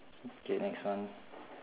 K next one